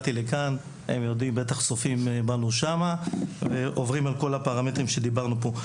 הם בטח צופים בנו שם ועוברים על כל הפרמטרים שדיברנו פה.